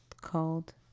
called